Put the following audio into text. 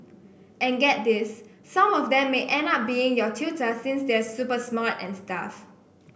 and get this some of them may end up being your tutor since they're super smart and stuff